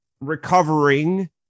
Recovering